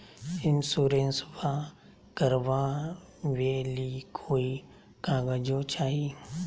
इंसोरेंसबा करबा बे ली कोई कागजों चाही?